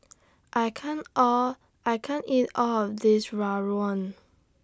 I can't All I can't eat All of This Rawon